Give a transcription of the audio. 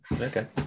Okay